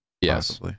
yes